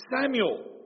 Samuel